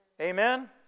Amen